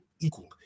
equal